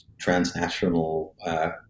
transnational